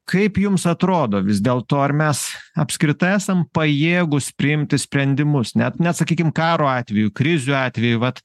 kaip jums atrodo vis dėl to ar mes apskritai esam pajėgūs priimti sprendimus net net sakykim karo atveju krizių atveju vat